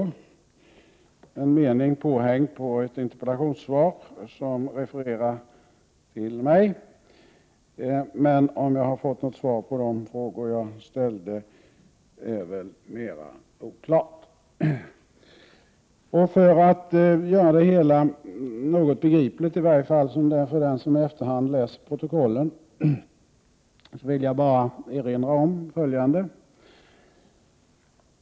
Det är en mening påhängd på ett interpellationssvar som refererar till mig, men om jag har fått något svar på de frågor jag ställde är väl mera oklart. För att göra det hela något begripligare, i varje fall för den som i efterhand läser protokollen, vill jag erinra om följande.